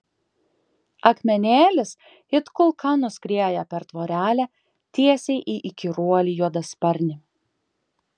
akmenėlis it kulka nuskrieja per tvorelę tiesiai į įkyruolį juodasparnį